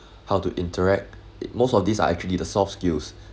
how to interact most of these are actually the soft skills